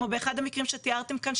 כמו באחד המקרים שתיארתם כאן,